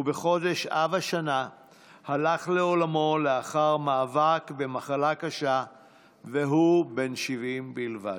ובחודש אב השנה הלך לעולמו לאחר מאבק במחלה קשה והוא בן 70 בלבד.